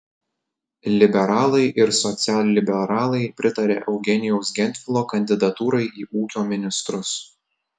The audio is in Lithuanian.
liberalai ir socialliberalai pritaria eugenijaus gentvilo kandidatūrai į ūkio ministrus